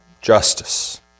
justice